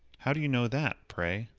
how do you know that, pray?